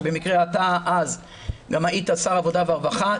שבמקרה היושב-ראש היה אז שר העבודה והרווחה,